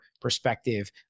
perspective